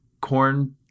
corn